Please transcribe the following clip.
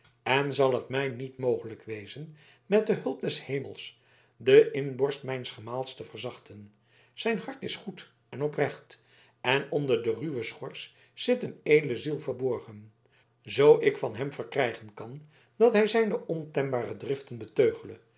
en zal het mij niet mogelijk wezen met de hulp des hemels de inborst mijns gemaals te verzachten zijn hart is goed en oprecht en onder de ruwe schors zit een edele ziel verborgen zoo ik van hem verkrijgen kan dat hij zijne ontembare driften beteugele